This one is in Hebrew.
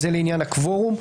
זה לעניין הקוורום.